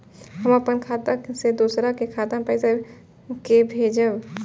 हम अपन खाता से दोसर के खाता मे पैसा के भेजब?